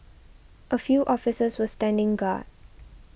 a few officers were standing guard